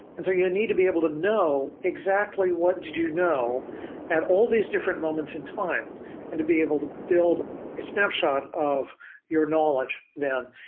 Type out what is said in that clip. and so you need to be able to know exactly what did you know at all these different moments in time and to be able to build snapshot of your knowledge then.